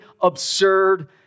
absurd